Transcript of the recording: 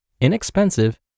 inexpensive